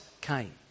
came